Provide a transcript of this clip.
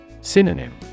Synonym